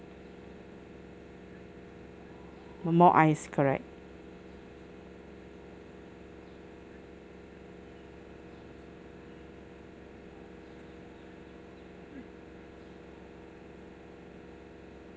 mo~ more ice correct